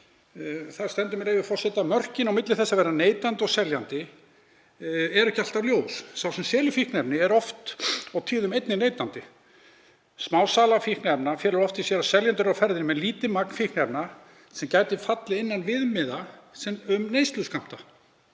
Þar stendur, með leyfi forseta: „Mörkin á milli þess að vera neytandi og seljandi eru ekki alltaf ljós. Sá sem selur fíkniefni er oft og tíðum einnig neytandi. Smásala fíkniefna felur oft í sér að seljendur eru á ferðinni með lítið magn fikniefna sem gæti fallið innan viðmiða um neysluskammta.